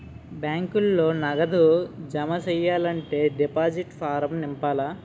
బ్యాంకులో నగదు జమ సెయ్యాలంటే డిపాజిట్ ఫారం నింపాల